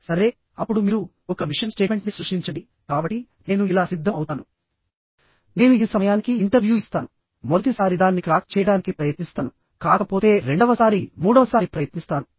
సరే అప్పుడు మీరు ఒక మిషన్ స్టేట్మెంట్ని సృష్టించండి కాబట్టి నేను ఇలా సిద్ధం అవుతాను నేను ఈ సమయానికి ఇంటర్వ్యూ ఇస్తాను మొదటి సారి దాన్ని క్రాక్ చేయడానికి ప్రయత్నిస్తాను కాకపోతే రెండవ సారి మూడవ సారి ప్రయత్నిస్తాను